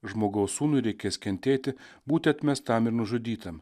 žmogaus sūnui reikės kentėti būti atmestam ir nužudytam